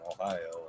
Ohio